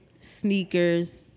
sneakers